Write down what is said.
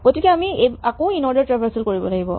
গতিকে আমি আকৌ ইনঅৰ্ডাৰ ট্ৰেভাৰছেল কৰিব লাগিব